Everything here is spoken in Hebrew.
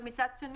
ומצד שני,